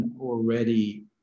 already